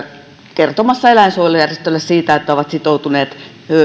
kertomassa eläinsuojelujärjestöille siitä että ovat sitoutuneet